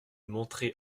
montrer